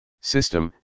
system